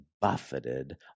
buffeted